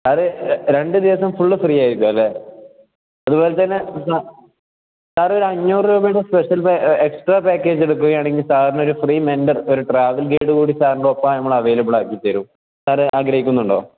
sir രണ്ട് ദിവസം full free ആയിരിക്കും അല്ലേ അതുപോലെ തന്നെ സ സാർ ഒരു അഞ്ഞൂറ് രൂപയുടെ സ്പെഷ്യൽ എക്സ്ട്രാ പാക്കേജ് എടുക്കുകയാണെങ്കിൽ സാറിന് ഒരു ഫ്രീ മെന്റർ ഒരു ട്രാവൽ ഗൈഡ് കൂടി സാറിൻ്റ ഒപ്പം നമ്മൾ അവൈലബിൾ ആക്കി തരും സാർ ആഗ്രഹിക്കുന്നുണ്ടോ